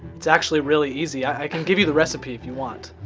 it's actually really easy i can give you the recipe if you want!